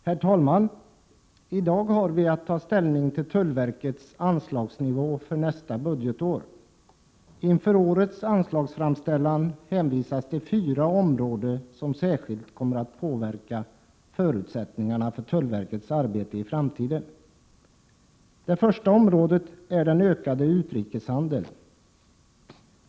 Herr talman! I dag har vi att ta ställning till tullverkets anslagsnivå för nästa budgetår. Inför årets anslagsframställning hänvisas till fyra områden som särskilt kommer att påverka förutsättningarna för tullverkets arbete i framtiden. Det första området är den ökande utrikeshandeln.